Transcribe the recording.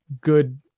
good